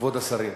כבוד השרים,